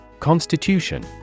Constitution